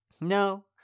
No